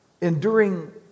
enduring